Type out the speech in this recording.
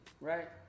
right